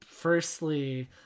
Firstly